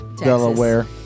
Delaware